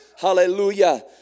hallelujah